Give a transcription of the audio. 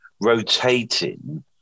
rotating